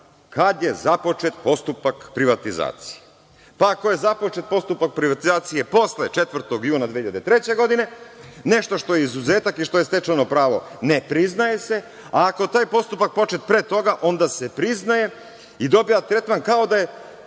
kada je započet postupak privatizacije? Ako je započet postupak privatizacije posle 4. juna 2003. godine, nešto što je izuzetak i što je stečeno pravo ne priznaje se, a ako je taj postupak počet pre toga onda se priznaje i dobija tretman kao da je